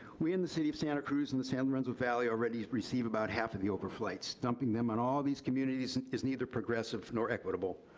we in the city of santa cruz and the san lorenzo valley already receive about half of the over flights. dumping them on all these communities is neither progressive nor equitable.